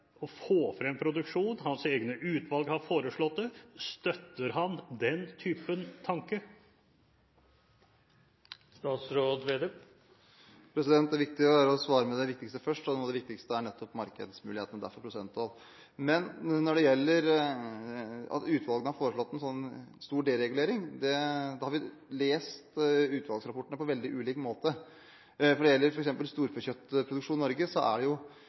å få frem produksjon, noe hans egne utvalg har foreslått. Støtter han en slik tanke? Det riktige er å svare på det viktigste først. Noe av det viktigste er nettopp markedsmulighetene, og derfor prosenttoll. Når det gjelder det at utvalgene skal ha foreslått en stor deregulering, har vi lest utvalgsrapportene på veldig ulik måte. Når det gjelder f.eks. storfekjøttproduksjon i Norge, er det jo